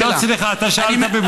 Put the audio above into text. היא לא צריכה, אתה שאלת במקומה.